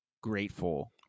grateful